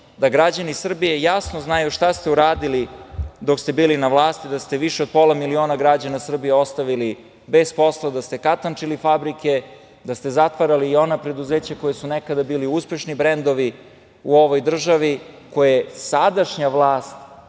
da građani Srbije jasno znaju šta ste uradili dok ste bili na vlasti, da ste više od pola miliona građana Srbije ostavili bez posla, da ste katančili fabrike, da ste zatvarali i ona preduzeća koja su bila uspešni brendovi u ovoj državi, a koje je sadašnja vlast